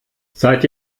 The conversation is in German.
seid